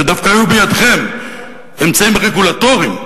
ודווקא היו בידיכם אמצעים רגולטוריים,